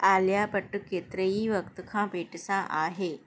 आलिया भट्ट केतिरे ई वक़्ति खां पेट सां आहे